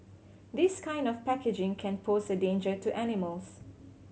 this kind of packaging can pose a danger to animals